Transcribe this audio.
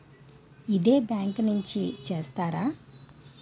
ఇదే బ్యాంక్ నుంచి చేస్తారా?